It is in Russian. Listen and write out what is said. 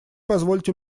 позвольте